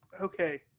Okay